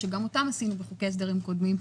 שגם אותם עשינו בחוקי הסדרים קודמים,